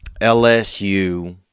LSU